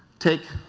take